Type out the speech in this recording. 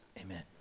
amen